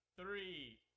Three